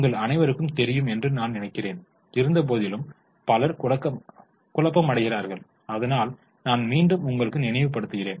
உங்கள் அனைவருக்கும் தெரியும் என்று நான் நினைக்கிறேன் இருந்தபோதிலும் பலர் குழப்பமடைகிறார்கள் அதனால் நான் மீண்டும் உங்களுக்கு நினைவு படுத்துகிறேன்